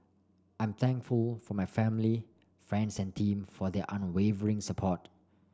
I'm thankful for my family friends and team for their unwavering support